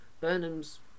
Burnham's